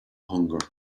hunger